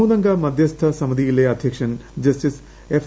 മൂന്നംഗ മധ്യസ്ഥ സമിതിയിലെ അധ്യുക്ഷ്ടൻ ജസ്റ്റിസ് എഫ്